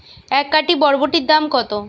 এক আঁটি বরবটির দাম কত?